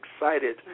excited